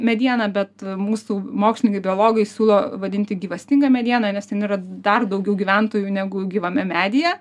mediena bet mūsų mokslininkai biologai siūlo vadinti gyvastinga mediena nes ten yra dar daugiau gyventojų negu gyvame medyje